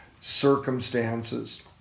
circumstances